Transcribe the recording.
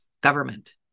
government